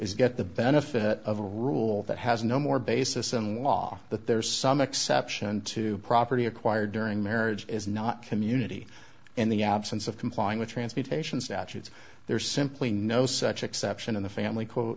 is get the benefit of a rule that has no more basis in law that there's some exception to property acquired during marriage is not community in the absence of complying with transportation statutes there's simply no such exception in the family quote